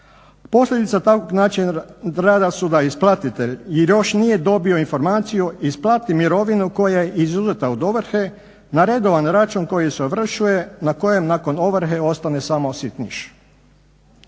Posljedica takvog načina rada su da isplatite jer još nije dobio informaciju, isplati mirovinu koja je izuzeta od ovrhe na redovan račun koji se ovršuje, na kojem nakon ovrhe ostane samo sitniš.